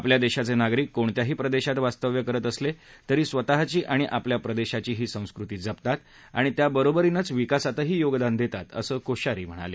आपल्या देशाचे नागरिक कोणत्याही प्रदेशात वास्तव्य करत असले तरी स्वतःची आणि आपल्या प्रदेशाचीही संस्कृती जपतात आणि त्याबरोबरीनंच विकासातही योगदान देतात असं कोश्यारी म्हणाले